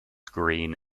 green